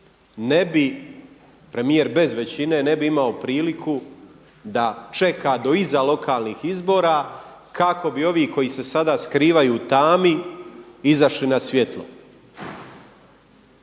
ne bi, premijer bez većine ne bi imao priliku da čeka do iza lokalnih izbora kako bi ovi koji se sada skrivaju u tami izašli na svjetlo.